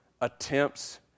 attempts